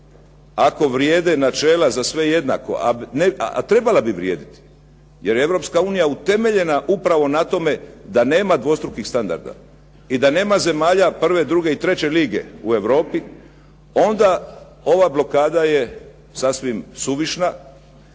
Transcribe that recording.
ako vrijede načela za sve jednako a trebala bi vrijediti jer je Europska unija utemeljena upravo na tome da nema dvostrukih standarda i da nema zemalja prve, druge i treće lige u Europi onda ova blokada je sasvim suvišna.